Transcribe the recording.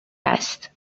است